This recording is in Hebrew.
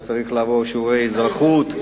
הוא צריך לעבור שיעורי אזרחות.